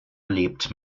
lebt